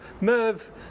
Merv